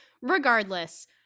Regardless